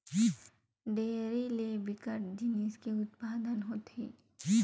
dairy ले बिकट जिनिस के उत्पादन होथे